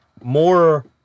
more